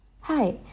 Hi